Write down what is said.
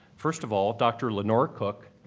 first of all, dr. lenore cook,